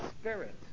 spirit